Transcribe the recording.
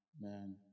man